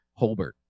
Holbert